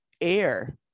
air